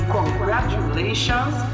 Congratulations